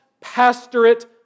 pastorate